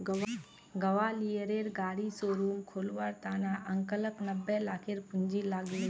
ग्वालियरेर गाड़ी शोरूम खोलवार त न अंकलक नब्बे लाखेर पूंजी लाग ले